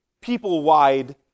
people-wide